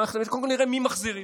קודם כול נראה מי מחזיר.